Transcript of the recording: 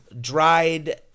dried